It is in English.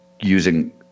using